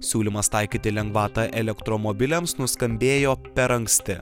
siūlymas taikyti lengvatą elektromobiliams nuskambėjo per anksti